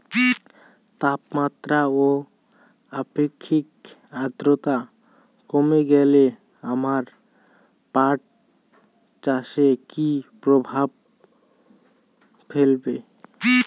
তাপমাত্রা ও আপেক্ষিক আদ্রর্তা কমে গেলে আমার পাট চাষে কী প্রভাব ফেলবে?